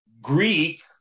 Greek